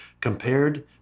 compared